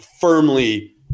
firmly